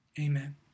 Amen